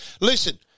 Listen